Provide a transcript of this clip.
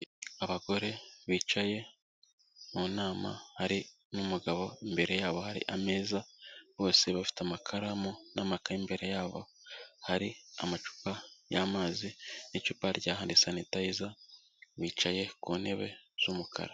Abagore bicaye mu nama hari n'umugabo, imbere yabo hari ameza, bose bafite amakaramu n'amakaye imbere yabo, hari amacupa y'amazi n'icupa rya handi sanitayiza, bicaye ku ntebe z'umukara.